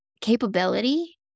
capability